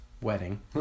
wedding